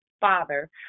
father